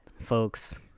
folks